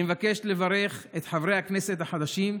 אני מבקש לברך את חברי הכנסת החדשים,